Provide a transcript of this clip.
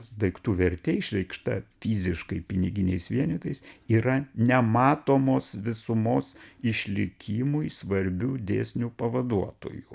nes daiktų vertė išreikšta fiziškai piniginiais vienetais yra nematomos visumos išlikimui svarbių dėsnių pavaduotoju